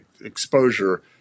exposure